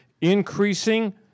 increasing